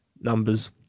numbers